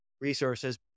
resources